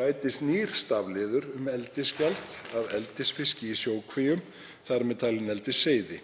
bætist nýr stafliður um eldisgjald af eldisfiski í sjókvíum, þar með talin eldisseiði.